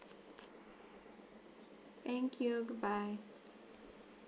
thank you goodbye